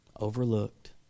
overlooked